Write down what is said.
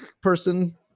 person